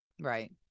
Right